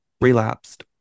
Relapsed